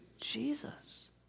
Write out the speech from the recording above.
Jesus